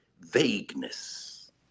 vagueness